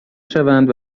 شوند